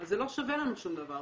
אז זה לא שווה לנו שום דבר.